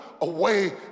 away